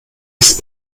ist